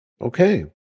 Okay